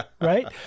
right